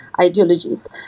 ideologies